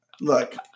look